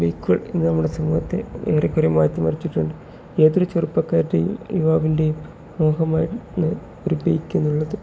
ബൈക്കുകൾ ഇന്ന് നമ്മുടെ സമൂഹത്തെ ഏറെക്കുറേ മാറ്റി മറിച്ചിട്ടുണ്ട് ഏതൊരു ചെറുപ്പക്കാരുടെയും യുവാവിൻ്റെയും മോഹമായി ഇന്ന് ഒരു ബൈക്ക് എന്നുള്ളത്